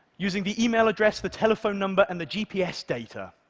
using the email address, the telephone number and the gps data,